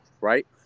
right